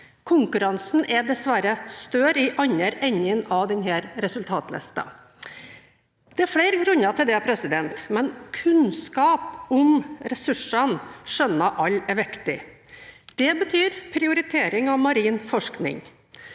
konkurransen er dessverre større i den andre enden av denne resultatlisten. Det er flere grunner til dette, men kunnskap om ressursene skjønner alle er viktig. Det betyr prioritering av marin forskning.